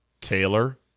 Taylor